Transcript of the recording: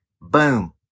boom